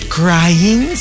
crying